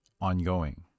ongoing